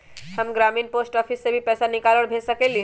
हम ग्रामीण post office से भी पैसा निकाल और भेज सकेली?